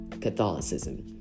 Catholicism